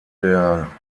der